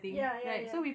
ya ya ya